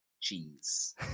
Cheese